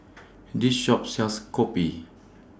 This Shop sells Kopi